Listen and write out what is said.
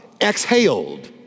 exhaled